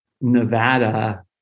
Nevada